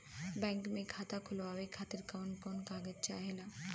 Bank मे खाता खोलवावे खातिर कवन कवन कागज चाहेला?